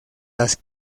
las